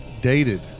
Dated